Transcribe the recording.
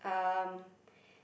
um